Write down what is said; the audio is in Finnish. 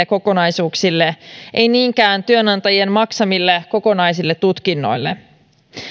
kokonaisuuksille ei niinkään työnantajien maksamille kokonaisille tutkinnoille